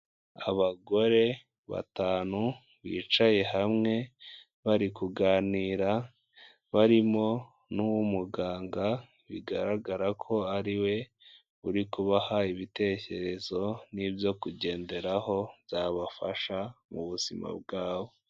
Abagore batanu bicaye hamwe bari kuganira, barimo n'umuganga bigaragara ko ariwe uri kubaha ibitekerezo n'ibyo kugenderaho byabafasha mu buzima bwabo.